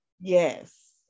Yes